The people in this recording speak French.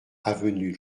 avenue